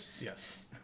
Yes